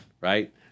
right